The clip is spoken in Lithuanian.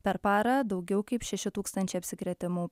per parą daugiau kaip šeši tūkstančiai apsikrėtimų